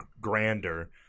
grander